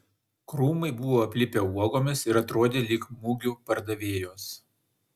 krūmai buvo aplipę uogomis ir atrodė lyg mugių pardavėjos